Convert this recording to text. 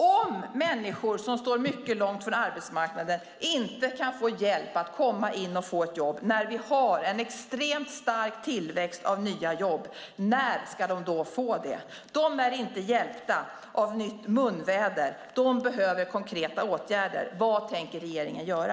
Om människor som står långt från arbetsmarknaden inte kan få hjälp att komma in och få jobb när vi har en extremt stark tillväxt av nya jobb, när ska de då få det? De är inte hjälpta av nytt munväder; de behöver konkreta åtgärder. Vad tänker regeringen göra?